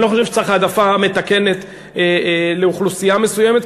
אני לא חושב שצריך העדפה מתקנת לאוכלוסייה מסוימת,